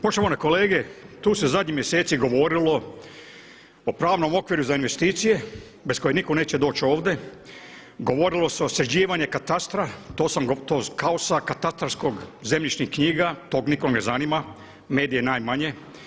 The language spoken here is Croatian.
Poštovane kolege, tu se zadnjih mjeseci govorilo o pravnom okviru za investicije bez kojih nitko neće doći ovdje govorilo o sređivanju katastra, kao sa katastarskih zemljišnih knjiga, to nikog ne zanima, medije najmanje.